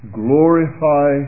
glorify